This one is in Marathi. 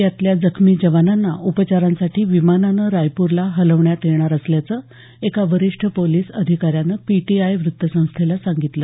यातील जखमी जवानांना उपचारांसाठी विमानानं रायपूरला हलवण्यात येणार असल्याचं एका वरिष्ठ पोलिस अधिकाऱ्यानं पीटीआय वृत्तसंस्थेला सांगितलं